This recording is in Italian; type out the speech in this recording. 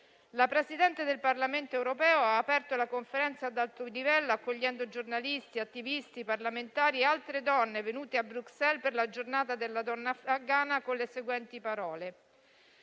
La Presidente del Parlamento europeo ha aperto la conferenza ad alto livello, accogliendo giornalisti, attivisti, parlamentari e altre donne venute a Bruxelles per la Giornata della donna afghana con le seguenti parole: